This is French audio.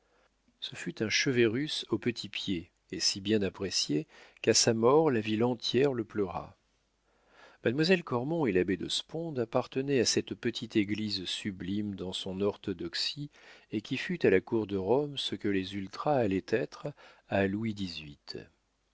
ce fut un cheverus au petit pied et si bien apprécié qu'à sa mort la ville entière le pleura mademoiselle cormon et l'abbé de sponde appartenaient à cette petite église sublime dans son orthodoxie et qui fut à la cour de rome ce que les ultras allaient être à louis xviii